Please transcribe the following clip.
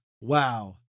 wow